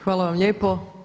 Hvala vam lijepo.